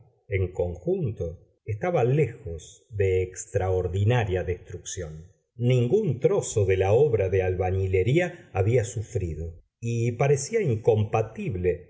en conjunto estaba lejos de extraordinaria destrucción ningún trozo de la obra de albañilería había sufrido y parecía incompatible